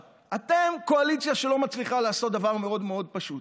אתם קואליציה שלא מצליחה לעשות דבר מאוד מאוד פשוט,